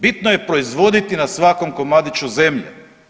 Bitno je proizvoditi na svakom komadiću zemlje.